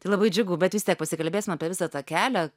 tai labai džiugu bet vis tiek pasikalbėsim apie visą tą kelią